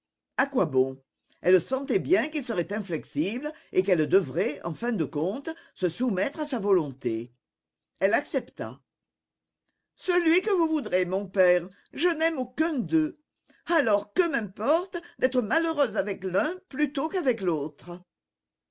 à quoi bon elle sentait bien qu'il serait inflexible et qu'elle devrait en fin de compte se soumettre à sa volonté elle accepta celui que voudrez mon père je n'aime aucun d'eux alors que m'importe d'être malheureuse avec l'un plutôt qu'avec l'autre